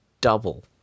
double